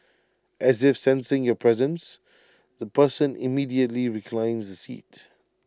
as if sensing your presence the person immediately reclines the seat